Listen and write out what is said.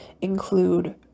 include